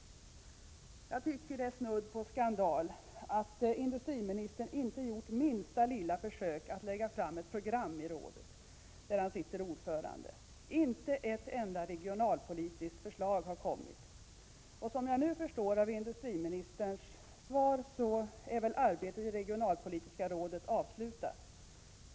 1987/88:27 Jag tycker att det är snudd på skandal att industriministern inte gjort minsta — 19 november 1987 lilla försök att lägga fram ett program i rådet, där han sitter ordförande. Inte. a ett enda regionalpolitiskt förslag har framlagts. Jag förstår nu av industriministerns svar att arbetet i regionalpolitiska rådet är avslutat.